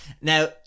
now